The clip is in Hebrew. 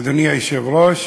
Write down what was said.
אדוני היושב-ראש,